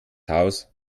haus